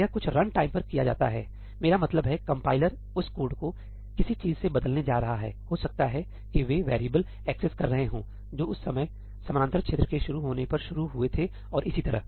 यह कुछ रनटाइम पर किया जाता हैमेरा मतलब है कंपाइलर उस कोड को किसी चीज़ से बदलने जा रहा है हो सकता है कि वे वैरिएबल एक्सेस कर रहे हों जो उस समय समानांतर क्षेत्र के शुरू होने पर शुरू हुए थे और इसी तरह